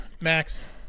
max